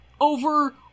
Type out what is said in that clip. over